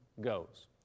goes